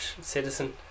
citizen